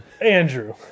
Andrew